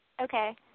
Okay